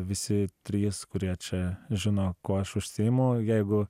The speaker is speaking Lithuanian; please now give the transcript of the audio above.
visi trys kurie čia žino kuo aš užsiimu jeigu